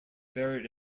buried